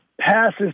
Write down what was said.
passes